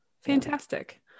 Fantastic